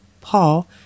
Paul